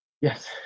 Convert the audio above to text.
yes